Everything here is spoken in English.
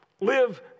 live